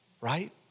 Right